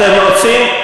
אתם רוצים?